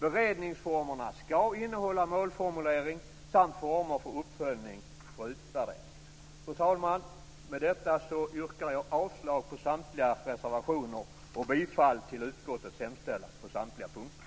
Beredningsformerna ska innehålla målformulering samt uppföljning och utvärdering. Fru talman! Med detta yrkar jag avslag på samtliga reservationer och bifall till utskottets hemställan på samtliga punkter.